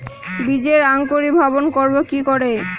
বীজের অঙ্কোরি ভবন করব কিকরে?